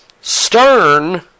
Stern